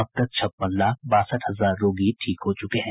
अब तक छप्पन लाख बासठ हजार रोगी ठीक हो चुके हैं